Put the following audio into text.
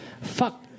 fuck